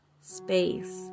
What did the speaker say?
space